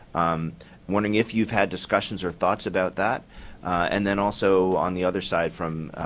um wondering if you had discussions or thoughts about that and then also on the other side from